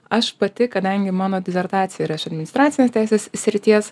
aš pati kadangi mano disertacija yra iš administracinės teisės srities